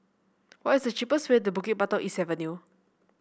what is the cheapest way to Bukit Batok East Avenue